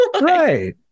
Right